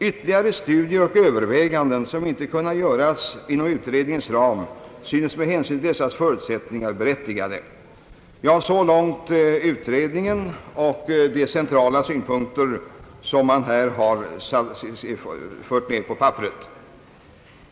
Ytterligare studier och överväganden som inte kunnat göras inom utredningens ram synes med hänsyn till dessa förutsättningar berättigade.» Så långt utredningen och de centrala synpunkter som man fört fram skriftligen.